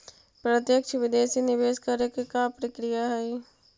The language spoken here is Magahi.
प्रत्यक्ष विदेशी निवेश करे के का प्रक्रिया हइ?